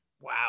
wow